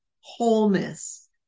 wholeness